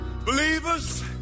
Believers